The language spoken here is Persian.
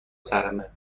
سرمه